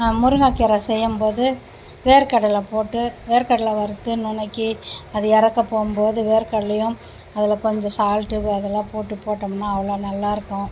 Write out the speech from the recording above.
முருங்கை கீரை செய்யும் போது வேர் கடலை போட்டு வேர் கடலை வறுத்து நுணுக்கி அது இறக்க போகும் போது வேர் கடலையும் அதில் கொஞ்சம் சால்ட்டு அதெலாம் போட்டு போட்டோம்னால் அவ்வளோ நல்லாயிருக்கும்